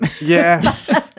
Yes